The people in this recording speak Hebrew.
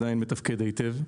עדיין מתפקד היטב.